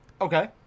Okay